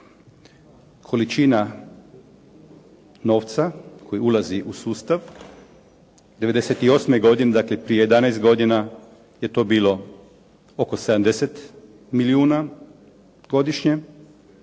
Količina novca koji ulazi u sustav, '98. godine, dakle prije 11 godina, je to bilo oko 70 milijuna godišnje,